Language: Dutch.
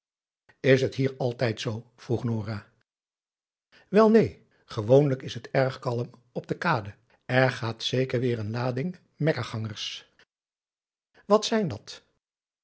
is het hier altijd zoo vroeg nora wel neen gewoonlijk is het erg kalm op de kade er gaat zeker weer een lading mekkagangers wat zijn dat